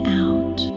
out